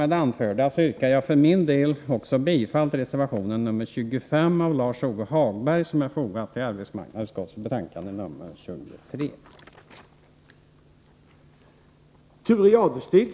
Med det anförda yrkar jag för min del också bifall till reservation nr 25, av Lars-Ove Hagberg, vid arbetsmarknadsutskottets betänkande nr 23.